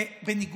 אבל גם